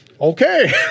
Okay